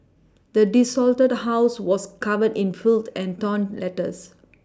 the desolated house was covered in filth and torn letters